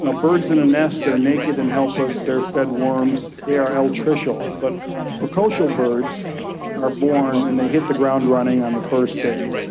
birds in a nest, they are naked and helpless, they are fed worms, they are altricial, but precocial birds are born and they hit the ground running on the first day.